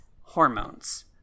hormones